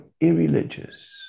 irreligious